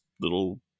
little